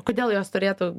kodėl jos turėtų